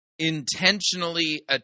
Intentionally